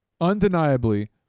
undeniably